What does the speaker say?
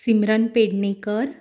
Simran Pednekar